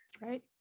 right